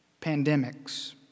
pandemics